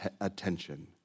attention